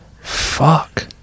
Fuck